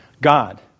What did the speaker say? God